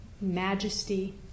majesty